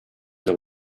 your